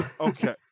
Okay